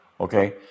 okay